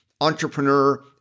entrepreneur